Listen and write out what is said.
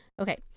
Okay